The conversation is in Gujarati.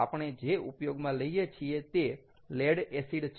આપણે જે ઉપયોગમાં લઈએ છીએ તે લેડ એસિડ છે